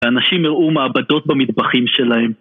האנשים הראו מעבדות במטבחים שלהם...